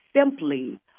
simply